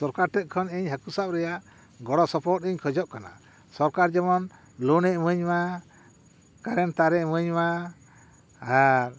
ᱥᱚᱨᱠᱟᱨ ᱴᱷᱮᱱ ᱠᱷᱚᱱ ᱤᱧ ᱦᱟᱠᱳ ᱥᱟᱵ ᱨᱮᱭᱟᱜ ᱜᱚᱲᱚ ᱥᱚᱯᱚᱦᱚᱫ ᱤᱧ ᱠᱷᱚᱡᱚᱜ ᱠᱟᱱᱟ ᱥᱚᱨᱠᱟᱨ ᱡᱮᱢᱚᱱ ᱞᱳᱱᱮ ᱤᱢᱟᱹᱧᱼᱢᱟ ᱠᱟᱨᱮᱱ ᱛᱟᱨᱮ ᱤᱢᱟᱹᱧᱼᱢᱟ ᱟᱨ